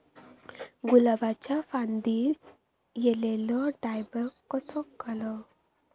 गुलाबाच्या फांदिर एलेलो डायबॅक कसो घालवं?